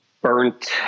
burnt